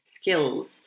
skills